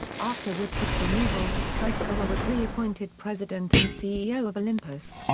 after woodford's removal, kikukawa was re-appointed president and ceo of olympus.